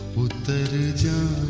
with thirty two